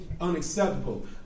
unacceptable